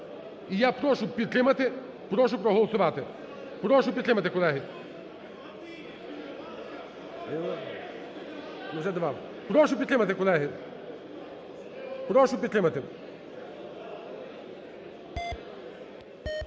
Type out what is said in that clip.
І я прошу підтримати, прошу проголосувати. Прошу підтримати, колеги. Прошу підтримати колеги, прошу підтримати.